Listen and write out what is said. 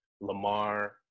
Lamar